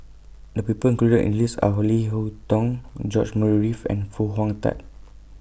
The People included in The list Are Leo Hee Tong George Murray Reith and Foo Hong Tatt